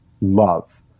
love